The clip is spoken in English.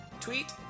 tweet